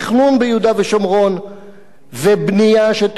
ובנייה שתאושר על-ידי מוסדות התכנון הללו